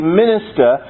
minister